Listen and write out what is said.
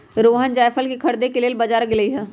रोहण जाएफल खरीदे के लेल बजार गेलई ह